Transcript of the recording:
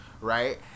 right